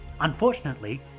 Unfortunately